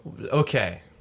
Okay